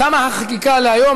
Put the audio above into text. תמה החקיקה להיום.